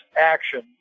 action